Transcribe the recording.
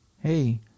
Hey